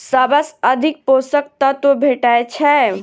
सबसँ अधिक पोसक तत्व भेटय छै?